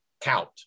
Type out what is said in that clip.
count